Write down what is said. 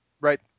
right